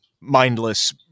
mindless